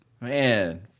Man